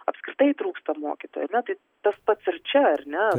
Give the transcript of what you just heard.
apskritai trūksta mokytojų ar ne tai tas pats ir čia ar ne